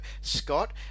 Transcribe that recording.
Scott